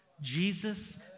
Jesus